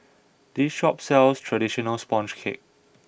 this shop sells traditional Sponge Cake